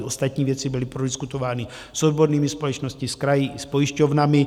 Ostatní věci byly prodiskutovány s odbornými společnosti, s kraji, s pojišťovnami.